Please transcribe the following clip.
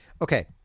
okay